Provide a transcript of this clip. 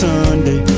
Sunday